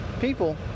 people